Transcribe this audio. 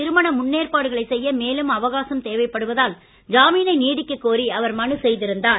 திருமண முன்னேற்பாடுகளைச் செய்ய மேலும் அவகாசம் தேவைப்படுவதால் ஜாமீனை நீடிக்கக் கோரி அவர் மனு செய்திருந்தார்